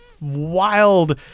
wild